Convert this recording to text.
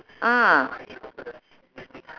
ah